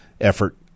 effort